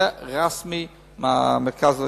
זה רשמי מהמרכז להשתלות.